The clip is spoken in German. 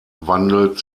wandelt